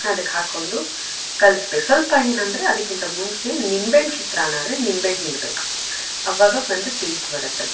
ಅದನ್ನ ಅದಕ್ಕೆ ಹಾಕ್ಕೊಂಡು ಕಲಸ್ಬೇಕು ಸ್ವಲ್ಪ ಏನಂದರೆ ಅದಕ್ಕಿಂತ ಮುಂಚೆ ನಿಂಬೆ ಹಣ್ಣು ಚಿತ್ರಾನ್ನ ಆದರೆ ನಿಂಬೆ ಹಣ್ಣು ಹಿಂಡಬೇಕು ಅವಾಗ ಒಂದು ಟೇಸ್ಟ್ ಬರುತ್ತೆ